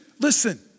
listen